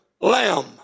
lamb